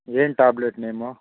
ಏನು tablet name